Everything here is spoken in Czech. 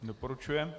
Doporučuje.